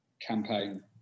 campaign